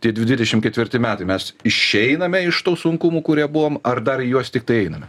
tie dvidešimt ketvirti metai mes išeiname iš tų sunkumų kurie buvom ar dar į juos tiktai einame